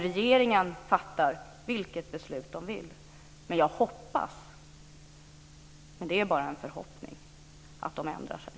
Regeringen fattar vilket beslut den vill, men jag hoppas - det är bara en förhoppning - att den ändrar sig.